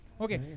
Okay